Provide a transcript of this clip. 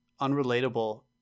unrelatable